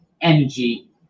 energy